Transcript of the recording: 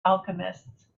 alchemists